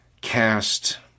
cast